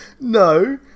no